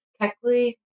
Keckley